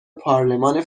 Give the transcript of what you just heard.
پارلمان